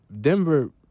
Denver